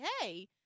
hey